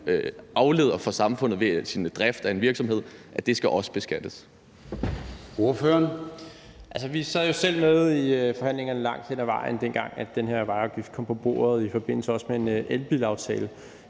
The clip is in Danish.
skaber for samfundet ved sin drift af en virksomhed, også skal beskattes?